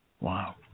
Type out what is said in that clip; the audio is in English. Wow